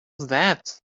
that